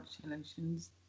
congratulations